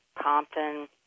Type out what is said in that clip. Compton